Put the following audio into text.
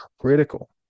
critical